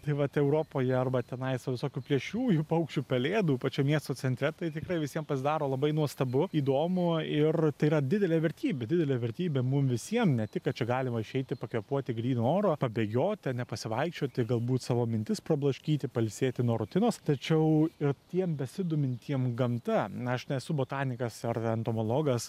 tai vat europoje arba tenais va visokių plėšriųjų paukščių pelėdų pačiam miesto centre tai tikrai visiem pasidaro labai nuostabu įdomu ir tai yra didelė vertybė didelė vertybė mum visiem ne tik kad čia galima išeiti pakvėpuoti grynu oru pabėgioti ane pasivaikščioti galbūt savo mintis prablaškyti pailsėti nuo rutinos tačiau ir tiem besidomintiem gamta na aš nesu botanikas ar entomologas